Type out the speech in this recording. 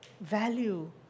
value